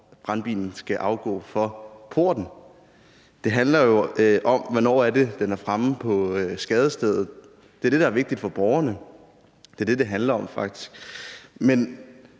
brandbilen skal afgå fra porten. Det handler jo om, hvornår den er fremme på skadestedet. Det er det, der er vigtigt for borgerne. Det er faktisk det, det handler om. Men